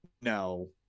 No